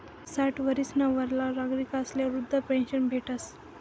साठ वरीसना वरला नागरिकस्ले वृदधा पेन्शन भेटस